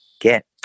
get